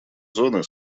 зоны